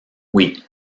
oui